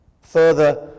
Further